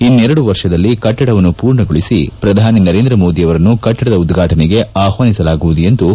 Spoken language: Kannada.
ಇನ್ನೇರಡು ವರ್ಷದಲ್ಲಿ ಕಟ್ಟಡವನ್ನು ಮೂರ್ಣಗೊಳಿಸಿ ಪ್ರಧಾನಿ ನರೇಂದ್ರ ಮೋದಿ ಅವರನ್ನು ಕಟ್ಲಡದ ಉದ್ಘಾಟನೆಗೆ ಆಹ್ಲಾನಿಸಲಾಗುವುದು ಎಂದು ಹೇಳಿದರು